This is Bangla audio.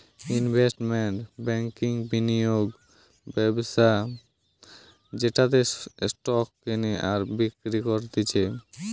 ইনভেস্টমেন্ট ব্যাংকিংবিনিয়োগ ব্যবস্থা যেটাতে স্টক কেনে আর বিক্রি করতিছে